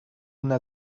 una